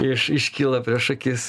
iš iškyla prieš akis